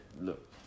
look